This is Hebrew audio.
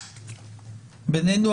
ביננו,